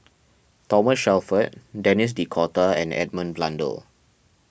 Thomas Shelford Denis D'Cotta and Edmund Blundell